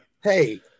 hey